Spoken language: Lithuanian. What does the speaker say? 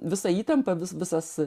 visa įtampa vis visas